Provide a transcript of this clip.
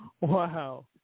Wow